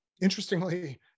Interestingly